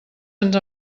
ens